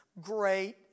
great